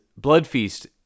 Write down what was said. Bloodfeast